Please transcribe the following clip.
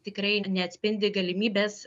tikrai neatspindi galimybės